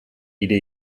ieder